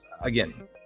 again